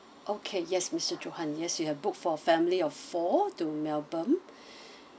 okay yes mister johan yes you have booked for family of four to melbourne